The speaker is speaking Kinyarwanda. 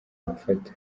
gufata